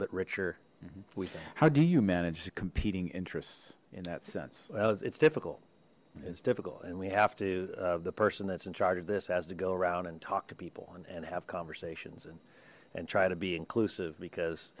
bit richer we how do you manage the competing interests in that sense well it's difficult it's difficult and we have to the person that's in charge of this has to go around and talk to people and have conversations and and try to be inclusive because